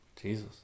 Jesus